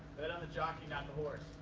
but on the jockey, not the horse.